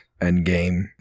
endgame